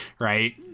Right